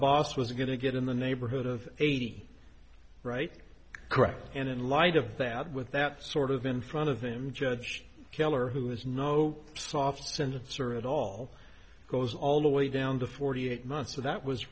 boss was going to get in the neighborhood of eighty right correct and in light of that with that sort of in front of him judge keller who was no softs and that sort of it all goes all the way down to forty eight months so that was